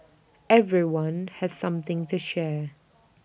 everyone had something to share